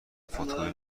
فتوکپی